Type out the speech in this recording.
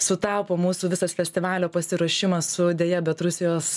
sutapo mūsų visas festivalio pasiruošimas su deja bet rusijos